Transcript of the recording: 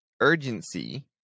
urgency